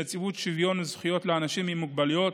נציבות שוויון זכויות לאנשים עם מוגבלויות,